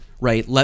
right